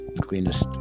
cleanest